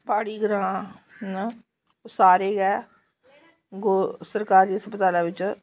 प्हाड़ी ग्रांऽ न ओह् सारे गै सरकारी गो हस्पतालें बिच्च